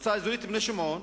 מועצה אזורית בני-שמעון,